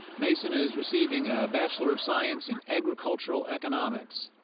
mason is receiving a bachelor of science in agricultural economics.